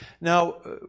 Now